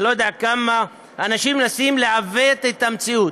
אני לא יודע כמה אנשים מנסים לעוות את המציאות.